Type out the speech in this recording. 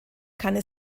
kann